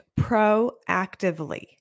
proactively